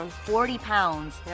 and forty pounds,